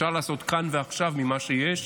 אפשר לעשות כאן ועכשיו את מה שיש,